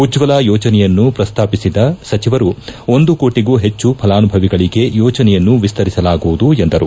ಉಜ್ವಲ ಯೋಜನೆಯನ್ನು ಪ್ರಸ್ತಾಪಿಸಿದ ಸಚಿವರು ಒಂದು ಕೋಟಗೂ ಹೆಚ್ಚು ಫಲಾನುಭವಿಗಳಿಗೆ ಯೋಜನೆಯನ್ನು ವಿಸ್ತರಿಸಲಾಗುವುದು ಎಂದರು